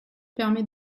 permet